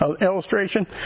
illustration